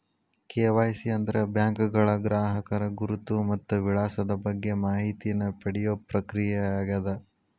KYC ಅಂದ್ರ ಬ್ಯಾಂಕ್ಗಳ ಗ್ರಾಹಕರ ಗುರುತು ಮತ್ತ ವಿಳಾಸದ ಬಗ್ಗೆ ಮಾಹಿತಿನ ಪಡಿಯೋ ಪ್ರಕ್ರಿಯೆಯಾಗ್ಯದ